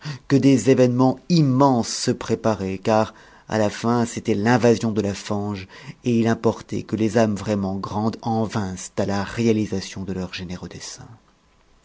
que des événements immenses se préparaient car à la fin c'était l'invasion de la fange et il importait que les âmes vraiment grandes en vinssent à la réalisation de leurs généreux desseins